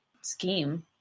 scheme